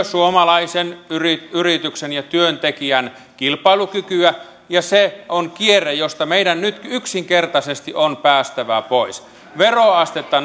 suomalaisen yrityksen yrityksen ja työntekijän kilpailukykyä ja se on kierre josta meidän nyt yksinkertaisesti on päästävä pois veroastetta